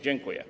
Dziękuję.